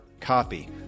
copy